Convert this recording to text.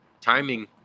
timing